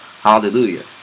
Hallelujah